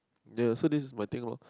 ya so this is my thing lor